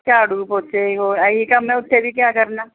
ਝਾੜੂ ਪੋਚੇ ਹੋਰ ਇਹੀ ਕੰਮ ਹੈ ਉੱਥੇ ਵੀ ਕਿਆ ਕਰਨਾ